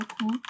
Cool